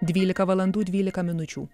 dvylika valandų dvylika minučių